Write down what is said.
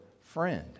friend